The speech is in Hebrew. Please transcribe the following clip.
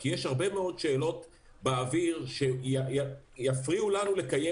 כי יש הרבה מאוד שאלות באוויר שיפריעו לנו לקיים